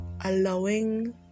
allowing